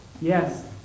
Yes